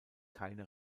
keine